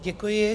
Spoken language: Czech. Děkuji.